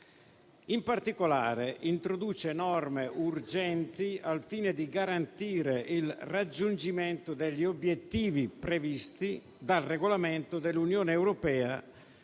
In particolare, introduce norme urgenti al fine di garantire il raggiungimento degli obiettivi previsti dal Regolamento dell'Unione europea